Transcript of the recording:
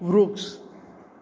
વૃક્ષ